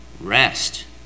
rest